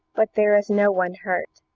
but there is no one hurt.